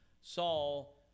Saul